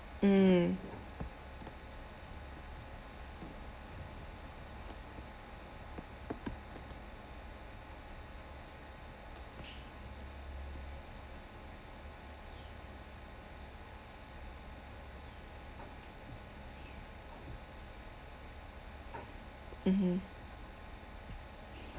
mm mmhmm